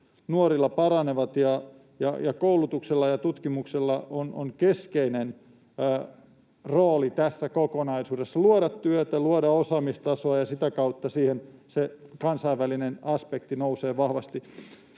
nuorilla paranevat, koulutuksella ja tutkimuksella on keskeinen rooli tässä kokonaisuudessa luoda työtä ja luoda osaamistasoa, ja sitä kautta siihen se kansainvälinen aspekti nousee vahvasti.